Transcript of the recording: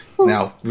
Now